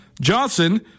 Johnson